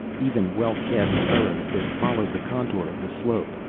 even, well cast furrows that followed the contour of the slope.